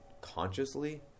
consciously